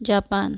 Japan